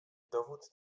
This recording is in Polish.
dowód